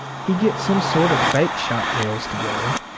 he gets some sort of bakeshop meals together,